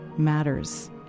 matters